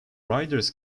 riders